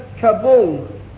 Kabul